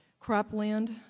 cropland,